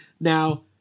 now